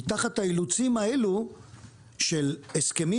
היא תחת האילוצים האלה של הסכמים.